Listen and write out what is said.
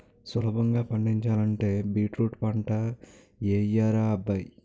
సులభంగా పండించాలంటే బీట్రూట్ పంటే యెయ్యరా అబ్బాయ్